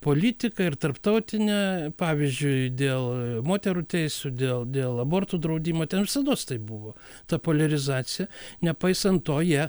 politiką ir tarptautinę pavyzdžiui dėl moterų teisių dėl dėl abortų draudimo ten visados taip buvo ta poliarizacija nepaisant to jie